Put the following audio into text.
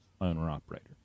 owner-operator